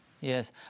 Yes